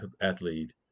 athlete